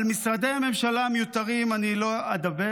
על משרדי הממשלה המיותרים אני לא אדבר.